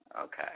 Okay